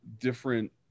different